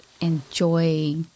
enjoy